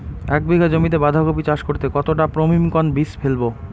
এক বিঘা জমিতে বাধাকপি চাষ করতে কতটা পপ্রীমকন বীজ ফেলবো?